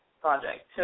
project